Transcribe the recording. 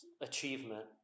achievement